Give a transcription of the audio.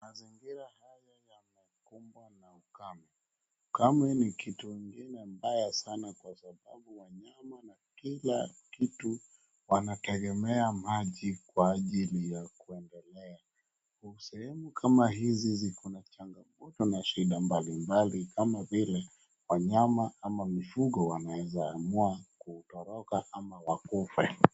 Mazingira haya yamekumbwa na ukame, ukame ni kitu ingine mbaya sana kwasababu wanyama na kila kitu wanategemea maji kwa ajili ya kuendelea, sehemu kama hizi zikona changamoto na shida mbalimbali kama vile, wanyama ama mifugo wanaweza amua kutoroka ama wakufe.